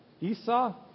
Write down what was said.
Esau